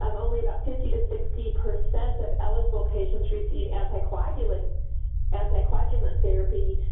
um only about fifty to sixty percent of eligible patients receive anticoagulant anticoagulant therapy.